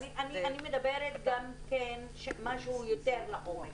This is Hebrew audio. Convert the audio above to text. אני מדברת גם על משהו יותר לעומק.